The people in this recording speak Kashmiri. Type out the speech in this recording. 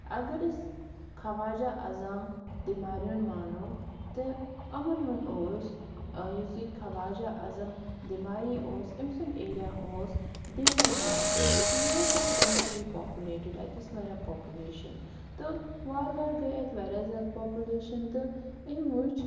اَگر أسۍ خَواجا عزام دِمارِیُن مانو تہٕ یِمَن ہُند اوس یُس یہِ خواجا عزَم دِمارِ اوس أمۍ سُند ایریا اوس دٮ۪مَر باغ تہٕ یہِ اوس اکھ ڈٮ۪نسلی پاپوٗلٮ۪ٹٕڈ اَتہِ ٲسۍ واریاہ پاپوٗلٮ۪شَن تہٕ وارٕ وارٕ گٔے اَتہِ واریاہ زیادٕ پاپوٗلٮ۪شَن تہٕ أمۍ وُچھ